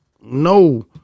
No